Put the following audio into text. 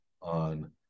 on